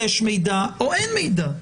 יש מידע או אין מידע.